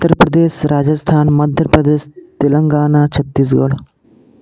Uttar Pradesh Rajasthan Madhya Pradesh Telangana Chhattisgarh